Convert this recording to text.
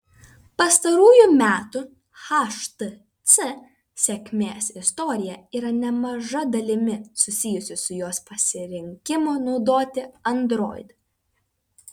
pastarųjų metų htc sėkmės istorija yra nemaža dalimi susijusi su jos pasirinkimu naudoti android